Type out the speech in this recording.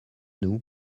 nous